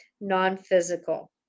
non-physical